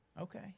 Okay